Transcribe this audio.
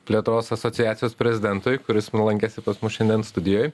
plėtros asociacijos prezidentui kuris nu lankėsi pas mus šiandien studijoj